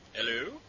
Hello